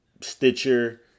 Stitcher